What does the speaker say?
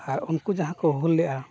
ᱟᱨ ᱩᱱᱠᱩ ᱡᱟᱦᱟᱸ ᱠᱚ ᱦᱩᱞ ᱞᱮᱫᱟ